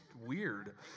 weird